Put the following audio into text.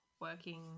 working